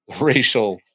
racial